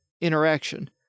interaction